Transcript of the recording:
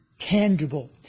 tangible